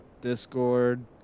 Discord